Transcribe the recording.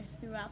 throughout